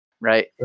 right